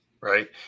right